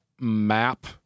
map